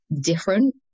different